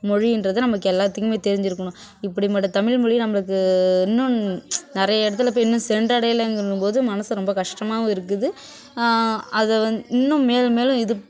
மொழிகிறத நமக்கு எல்லாேத்துக்குமே தெரிஞ்சுருக்கணும் இப்படிப்பட்ட தமிழ்மொழியை நம்மளுக்கு இன்னும் நிறைய இடத்துல போய் இன்னும் சென்றடையலைங்கும் போது மனது ரொம்ப கஷ்டமாகவும் இருக்குது அதை வந்து இன்னும் மேலும் மேலும் இது